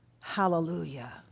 Hallelujah